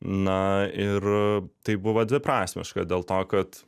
na ir tai buvo dviprasmiška dėl to kad